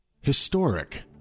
Historic